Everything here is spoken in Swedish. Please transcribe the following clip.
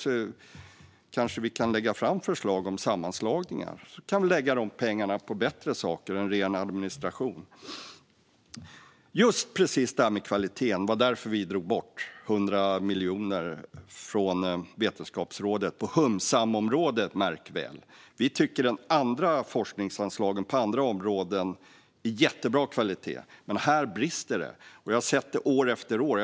Då kanske vi kan lägga fram förslag om sammanslagningar, så kan vi lägga pengarna på bättre saker än ren administration. Just det här med kvaliteten var anledningen till att vi drog bort 100 miljoner från Vetenskapsrådet, på hum-sam-området, märk väl. Vi tycker att forskningen på andra områden har jättebra kvalitet. Men här brister det, och vi har sett det år efter år.